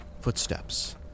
Footsteps